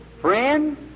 Friend